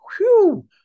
whoo